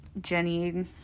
Jenny